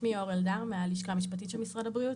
אני מהלשכה המשפטית במשרד הבריאות.